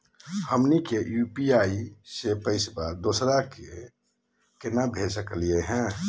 हमनी के यू.पी.आई स पैसवा दोसरा क केना भेज सकली हे?